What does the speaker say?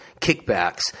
kickbacks